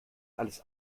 alles